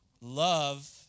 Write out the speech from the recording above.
love